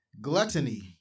Gluttony